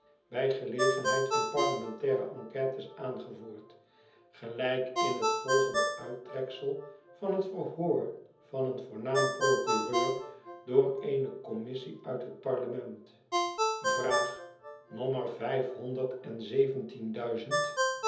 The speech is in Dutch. bij gelegenheid van parlementaire enquêtes aangevoerd gelijk in het volgende uittreksel van het verhoor van een voornaam procureur door eene commissie uit het parlement vraag nommer